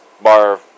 bar